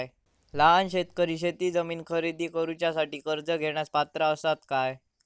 लहान शेतकरी शेतजमीन खरेदी करुच्यासाठी कर्ज घेण्यास पात्र असात काय?